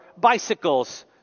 bicycles